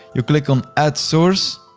you click on add source,